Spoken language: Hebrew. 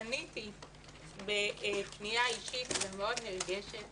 פניתי בפנייה אישית ומאוד נרגשת